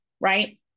right